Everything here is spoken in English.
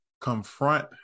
confront